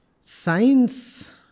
science